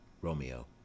Romeo